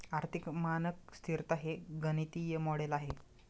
आर्थिक मानक स्तिरता हे गणितीय मॉडेल आहे